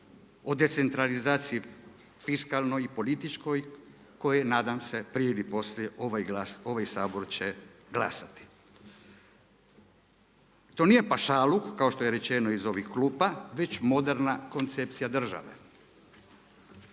o decentralizaciji fiskalnoj i političkoj kojoj nadam se prije ili poslije ovaj glas, ovaj Sabor će glasati. To nije pašaluk kao što je rečeno iz ovih klupa već moderna koncepcija države.